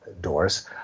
doors